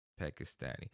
Pakistani